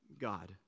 God